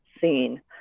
seen